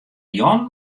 jan